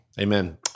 Amen